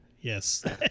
yes